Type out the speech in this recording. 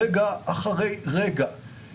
לעקוב אחרי דיוני הוועדה.